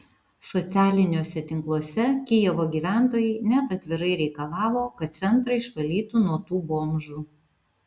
socialiniuose tinkluose kijevo gyventojai net atvirai reikalavo kad centrą išvalytų nuo tų bomžų